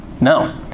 No